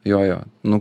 jo jo nu